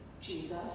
Jesus